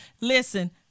Listen